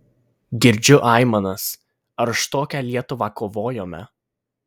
girdžiu aimanas ar už tokią lietuvą kovojome